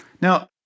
Now